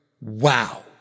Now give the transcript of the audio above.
Wow